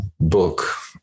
book